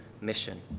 mission